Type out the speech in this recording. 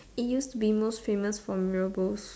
it used to be most famous for Mee-Rebus